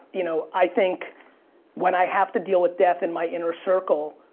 you know, i think when i have to deal with death in my inner circle,